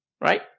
right